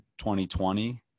2020